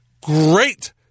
great